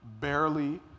barely